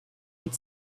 had